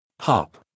Hop